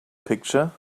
picture